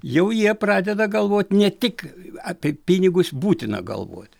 jau jie pradeda galvot ne tik apie pinigus būtina galvot